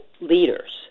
leaders